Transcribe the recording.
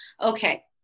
okay